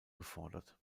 gefordert